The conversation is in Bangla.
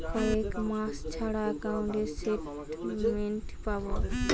কয় মাস ছাড়া একাউন্টে স্টেটমেন্ট পাব?